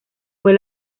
fue